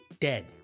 Dead